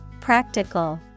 Practical